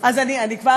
אז אני כבר,